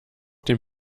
dem